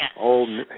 old